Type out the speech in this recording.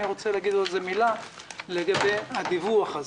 אני רוצה להגיד עוד מילה לגבי הדיווח הזה.